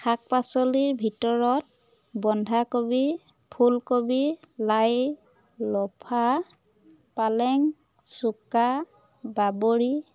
শাক পাচলিৰ ভিতৰত বন্ধাকবি ফুলকবি লাই লফা পালেং চুকা বাবৰি